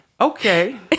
Okay